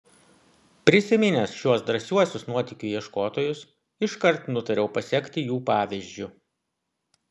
prisiminęs šiuos drąsiuosius nuotykių ieškotojus iškart nutariau pasekti jų pavyzdžiu